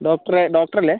ഡോക്ടറേ ഡോക്ടറല്ലേ